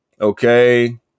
Okay